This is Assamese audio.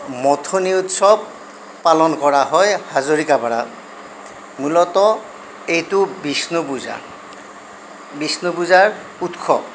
মথনী উৎসৱ পালন কৰা হয় হাজৰিকাপাৰাত মূলত এইটো বিষ্ণু পূজা বিষ্ণু পূজাৰ উৎসৱ